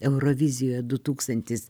eurovizijoj du tūkstantis